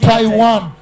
Taiwan